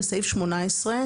בסעיף 18,